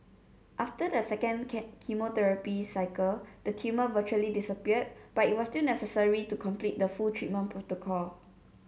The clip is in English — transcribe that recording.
after the second chemotherapy cycle the tumour virtually disappeared but it was still necessary to complete the full treatment protocol